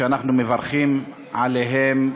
שאנחנו מברכים עליהם,